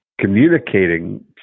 communicating